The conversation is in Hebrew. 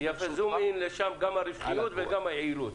תעשה זום אין גם מבחינת הרווחיות וגם מבחינת היעילות.